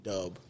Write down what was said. Dub